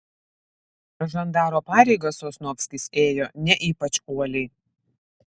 žandaro pareigas sosnovskis ėjo ne ypač uoliai